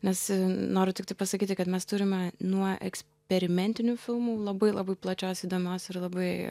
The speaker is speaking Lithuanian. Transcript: nes noriu tiktai pasakyti kad mes turime nuo eksperimentinių filmų labai labai plačios įdomios ir labai